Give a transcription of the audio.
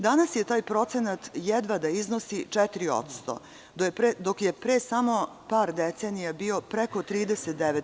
Danas je taj procenat jedva 4%, dok je pre samo par decenija bio preko 39%